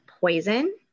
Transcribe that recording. poison